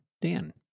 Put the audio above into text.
Dan